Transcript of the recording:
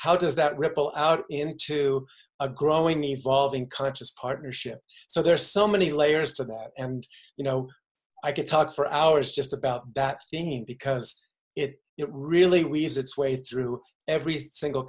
how does that ripple out into a growing evolving conscious partnership so there are so many layers to that and you know i could talk for hours just about that scene because it really leaves its way through every single